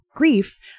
Grief